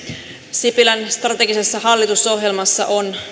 sipilän strategisessa hallitusohjelmassa on